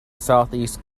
southeast